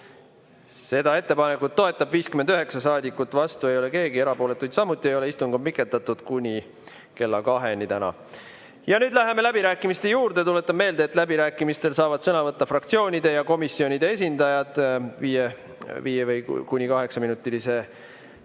Seda ettepanekut toetab 59 saadikut, vastu ei ole keegi, erapooletuid samuti ei ole. Istung on pikendatud kuni kella kaheni täna. Nüüd läheme läbirääkimiste juurde. Tuletan meelde, et läbirääkimistel saavad sõna võtta fraktsioonide ja komisjonide esindajad viie‑ kuni kaheksaminutilise kõnega.